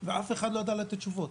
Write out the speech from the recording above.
ואף אחד לא ידע לתת תשובות.